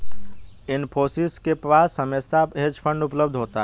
इन्फोसिस के पास हमेशा हेज फंड उपलब्ध होता है